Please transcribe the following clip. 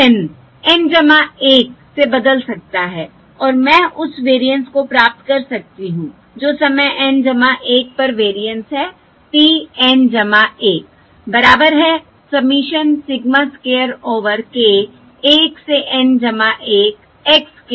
तो यह N N 1 से बदल सकता है और मैं उस वेरिएंस को प्राप्त कर सकती हूं जो समय N 1 पर वेरिएंस है p N 1 बराबर है summation sigma square over k 1 से N 1 x स्क्वायर k